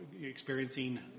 experiencing